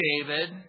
David